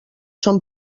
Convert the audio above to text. són